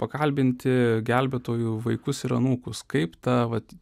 pakalbinti gelbėtojų vaikus ir anūkus kaip tą vat